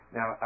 Now